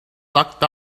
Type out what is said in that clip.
locked